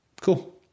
Cool